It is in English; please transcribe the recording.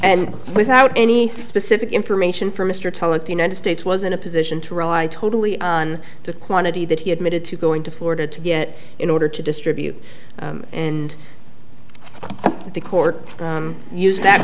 and without any specific information from mr tulloch the united states was in a position to rely totally on the quantity that he admitted to going to florida to get in order to distribute and the court used that